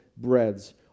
breads